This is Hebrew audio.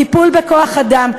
טיפול בכוח-אדם,